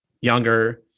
younger